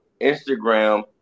Instagram